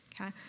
okay